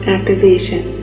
Activation